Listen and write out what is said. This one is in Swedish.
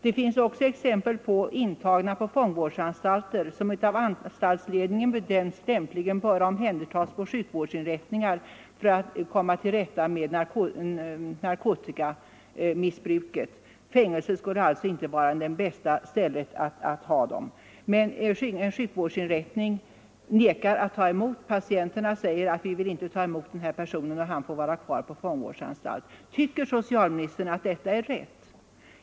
Det finns också exempel på intagna på fångvårdsanstalter som av anstaltsledningen bedömts lämpligen böra omhändertas på sjukvårdsinrättningar för att komma till rätta med narkotikamissbruk — fängelse ansågs klart olämpligt — men sjukvårdsinrättningar vägrar att ta emot dessa patienter. Tycker socialministern att detta är rätt?